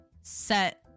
set